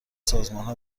سازمانها